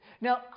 Now